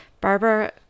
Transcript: Barbara